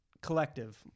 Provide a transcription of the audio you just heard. collective